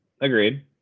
Agreed